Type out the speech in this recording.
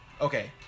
Okay